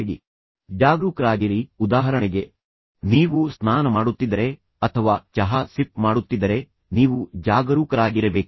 ನಂತರ ಜಾಗರೂಕರಾಗಿರಿ ಉದಾಹರಣೆಗೆ ನೀವು ಸ್ನಾನ ಮಾಡುತ್ತಿದ್ದರೆ ಅಥವಾ ಚಹಾ ಸಿಪ್ ಮಾಡುತ್ತಿದ್ದರೆ ನೀವು ಜಾಗರೂಕರಾಗಿರಬೇಕು